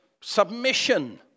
submission